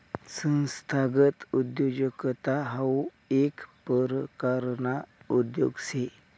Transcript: संस्थागत उद्योजकता हाऊ येक परकारना उद्योग शे